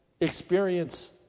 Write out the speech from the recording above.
experience